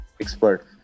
expert